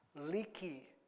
leaky